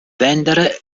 vendere